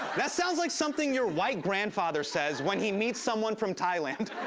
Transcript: that sounds like something your white grandfather says when he meets someone from thailand.